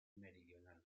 meridional